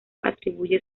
atribuye